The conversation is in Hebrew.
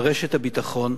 ברשת הביטחון,